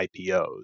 IPOs